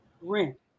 rent